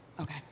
Okay